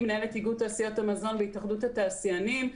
מנהלת איגוד תעשיות המזון בהתאחדות התעשיינים.